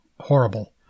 Horrible